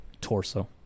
torso